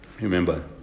Remember